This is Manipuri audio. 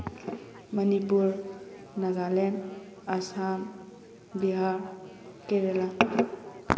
ꯃꯅꯤꯄꯨꯔ ꯅꯥꯒꯥꯂꯦꯟ ꯑꯁꯥꯝ ꯕꯤꯍꯥꯔ ꯀꯦꯔꯦꯂꯥ